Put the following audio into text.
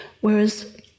whereas